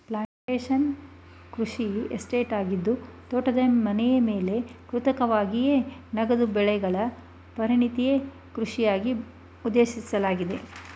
plantation ಕೃಷಿ estate ಆಗಿದ್ದು ತೋಟದ ಮನೆಮೇಲೆ ಕೇಂದ್ರೀಕೃತವಾಗಯ್ತೆ ನಗದು ಬೆಳೆಗಳ ಪರಿಣತಿಯ ಕೃಷಿಗಾಗಿ ಉದ್ದೇಶಿಸಲಾಗಿದೆ